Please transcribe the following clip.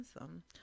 Awesome